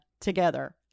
together